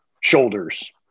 shoulders